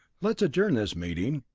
let's adjourn this meeting,